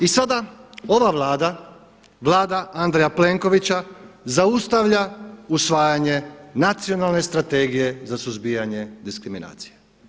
I sada ova Vlada, Vlada Andrija Plenkovića zaustavlja usvajanje Nacionalne strategije za suzbijanje diskriminacije.